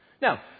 Now